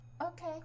Okay